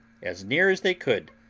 as near as they could,